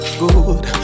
good